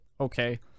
okay